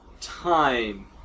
time